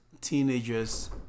teenagers